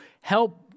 help